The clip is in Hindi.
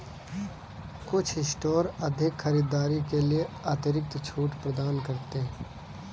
कुछ स्टोर अधिक खरीदारी के लिए अतिरिक्त छूट प्रदान करते हैं